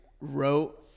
wrote